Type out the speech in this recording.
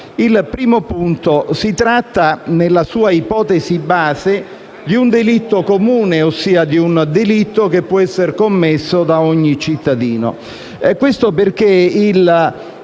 Primo punto. Si tratta, nella sua ipotesi base, di un delitto comune, ossia di un delitto che può essere commesso da ogni cittadino.